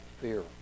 fear